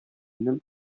минем